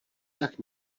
tak